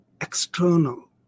external